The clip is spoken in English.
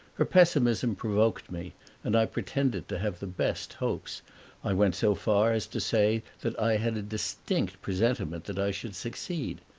her pessimism provoked me and i pretended to have the best hopes i went so far as to say that i had a distinct presentiment that i should succeed.